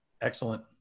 Excellent